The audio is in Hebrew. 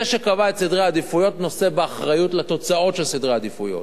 זה שקבע את סדרי העדיפויות נושא באחריות לתוצאות של סדרי העדיפויות.